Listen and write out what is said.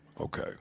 Okay